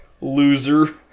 Loser